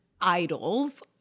idols